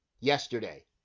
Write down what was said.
yesterday